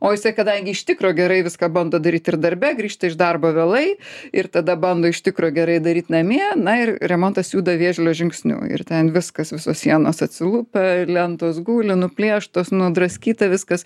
o jisai kadangi iš tikro gerai viską bando daryt ir darbe grįžta iš darbo vėlai ir tada bando iš tikro gerai daryt namie na ir remontas juda vėžlio žingsniu ir ten viskas visos sienos atsilupę lentos guli nuplėštos nudraskyta viskas